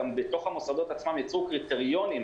גם בתוך המוסדות עצמם יצאו קריטריונים.